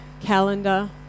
calendar